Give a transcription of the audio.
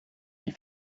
die